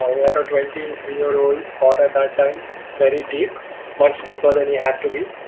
ah what a twenty three year old thought at that time very deep much deeper than he had to be